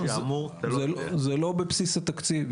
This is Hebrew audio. זה לא בבסיס התקציב,